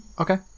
Okay